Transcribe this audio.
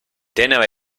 tenera